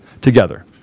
together